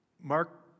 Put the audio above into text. Mark